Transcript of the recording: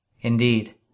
Indeed